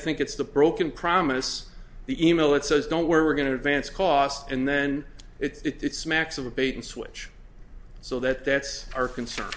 think it's the broken promise the e mail that says don't worry we're going to advance costs and then it's smacks of a bait and switch so that that's our concern